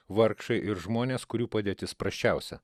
vargšai ir žmonės kurių padėtis prasčiausia